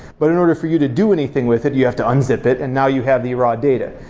but in order for you to do anything with it, you have to unzip it and now you have the raw data.